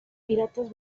piratas